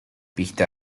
pista